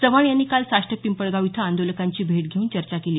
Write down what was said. चव्हाण यांनी काल साष्ट पिंपळगाव इथं आंदोलकांची भेट घेऊन चर्चा केली